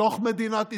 בתוך מדינת ישראל,